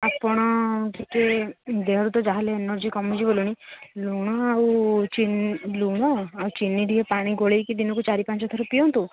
ଆପଣ ଟିକେ ଦେହରୁ ତ ଯାହା ହେଲେ ଏନର୍ଜି କମି ଯିବଣି ଲୁଣ ଆଉ ଚିନି ଲୁଣ ଆଉ ଚିନି ଟିକେ ପାଣି ଗୋଳେଇ ଦିନକୁ ଚାରି ପାଞ୍ଚ ଥର ପିଅନ୍ତୁ